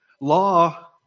Law